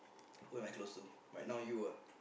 who am I close to right now you ah